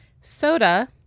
Soda